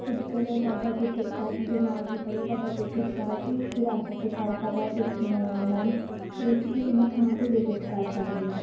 ਉੱਧਰ ਬਾਬਾ ਗੁਰਦਿੱਤਾ ਜੀ ਦੇ ਨਾਲ਼ ਵੀ ਹੈਗੇ ਬਾਬਾ ਬੁੱਢੜ ਸ਼ਾਹ ਅਤੇ ਵਿਰਾਸਤ ਏ ਖਾਲਸਾ ਬਹੁਤ ਦੇਖਣੇ ਵਾਲਾ ਆ ਮੈਮ ਅਤੇ ਤੁਸੀਂ ਉਹਨਾਂ ਥਾਵਾਂ 'ਤੇ ਵੀਜਿਟ ਕਰ ਸਕਦੇ ਓਂ